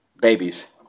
babies